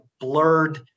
blurred